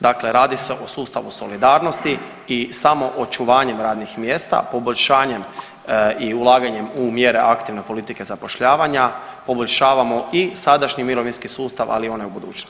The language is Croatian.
Dakle, radi se o sustavu solidarnosti i samo očuvanjem radnih mjesta, poboljšanjem i ulaganjem u mjere aktivne politike zapošljavanja poboljšavamo i sadašnji mirovinski sustav, ali i onaj u budućnosti.